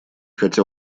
хотя